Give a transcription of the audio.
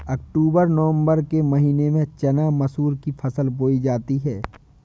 अक्टूबर नवम्बर के महीना में चना मसूर की फसल बोई जाती है?